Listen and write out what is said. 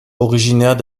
originaires